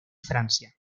francia